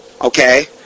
Okay